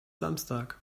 samstag